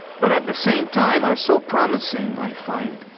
but at the same time, are so promising, i find,